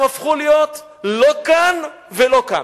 הם הפכו להיות לא כאן ולא כאן.